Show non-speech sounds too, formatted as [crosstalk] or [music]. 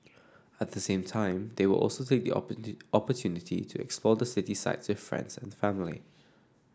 at the same time they will also say the [unintelligible] opportunity to explore the city sights with friends and family